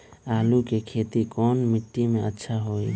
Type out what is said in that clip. आलु के खेती कौन मिट्टी में अच्छा होइ?